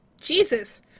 Jesus